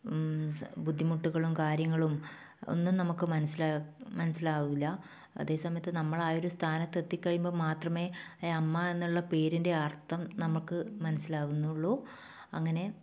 സ് ബുദ്ധിമുട്ടുകളും കാര്യങ്ങളും ഒന്നും നമുക്ക് മനസ്സിലാ മനസ്സിലാവില്ല അതേ സമയത്ത് നമ്മൾ ആ ഒരു സ്ഥാനത്ത് എത്തിക്കഴിയുമ്പോൾ മാത്രമേ അയ് അമ്മ എന്നുള്ള പേരിൻ്റെ അർത്ഥം നമുക്ക് മനസ്സിലാവുന്നുള്ളൂ അങ്ങനെ